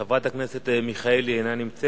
חברת הכנסת מיכאלי, אינה נמצאת.